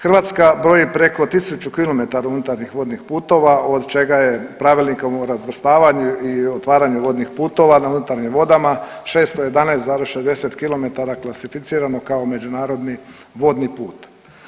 Hrvatska broji preko 1000 km unutarnjih vodnih putova od čega je Pravilnikom o razvrstavanju i otvaranju vodnih putova na unutarnjim vodama 611,60 km klasificirano kao međunarodni vodni put.